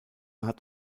hat